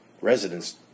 Residents